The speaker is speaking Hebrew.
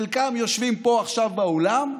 חלקם יושבים פה עכשיו באולם,